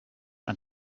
and